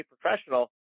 professional